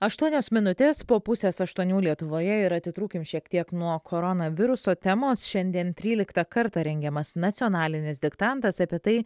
aštuonios minutės po pusės aštuonių lietuvoje ir atitrūkim šiek tiek nuo koronaviruso temos šiandien tryliktą kartą rengiamas nacionalinis diktantas apie tai